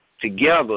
together